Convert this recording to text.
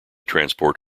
transport